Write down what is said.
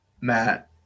Matt